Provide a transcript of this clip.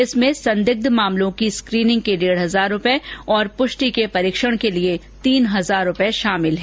इसमें संदिग्ध मामलों की स्क्रीनिंग के डेढ हजार रुपये और प्रष्टि के परीक्षण के लिए तीन हजार रुेपये शामिल हैं